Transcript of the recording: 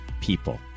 people